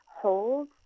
hold